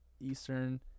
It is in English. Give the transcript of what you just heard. Eastern